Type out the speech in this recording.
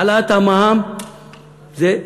העלאת המע"מ זה,